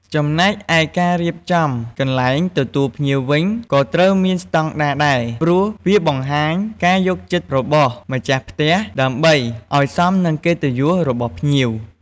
ចំណែកឯការរៀបចំកន្លែងទទួលភ្លៀងវិញក៏ត្រូវមានស្តង់ដាដែរ ព្រោះវាបង្ហាញការយកចិត្តរបស់ម្ចាស់ផ្ទះ ដើម្បីឱ្យសមនឹងកិត្តិយសរបស់ភ្ញៀវ។